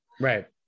right